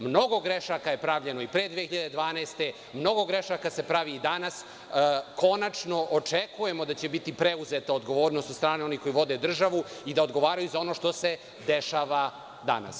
Mnogo grešaka je pravljeno i pre 2012. godine, mnogo grešaka se pravi i danas, ali konačno očekujemo da će biti preuzeti odgovornost od strane onih koji vode državu i da odgovaraju za ono što se dešava danas.